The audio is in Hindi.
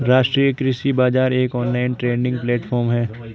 राष्ट्रीय कृषि बाजार एक ऑनलाइन ट्रेडिंग प्लेटफॉर्म है